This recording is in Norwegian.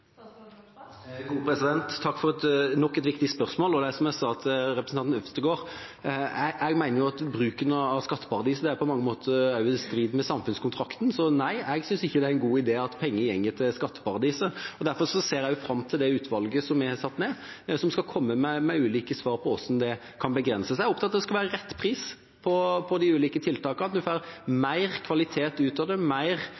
Takk for nok et viktig spørsmål. Som jeg sa til representanten Øvstegård: Jeg mener at bruken av skatteparadis på mange måter også er i strid med samfunnskontrakten. Nei, jeg synes ikke det er en god idé at penger går til skatteparadiser. Derfor ser jeg fram til at det utvalget som vi har satt ned, skal komme med ulike svar på hvordan det kan begrenses. Jeg er opptatt av at det skal være rett pris på de ulike tiltakene, at man får mer